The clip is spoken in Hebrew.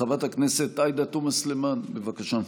חברת הכנסת עאידה תומא סלימאן, בבקשה.